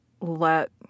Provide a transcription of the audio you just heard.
let